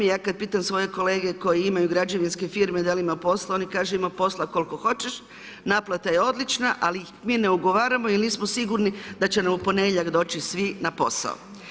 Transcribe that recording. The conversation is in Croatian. Ja kad pitam svoje kolege koji imaju građevinske firme da li ima posla, oni kažu, ima posla koliko hoćeš, naplata je odlična, ali ih mi ne ugovaramo i nismo sigurni da će nam u ponedjeljak doći svi na posao.